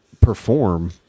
perform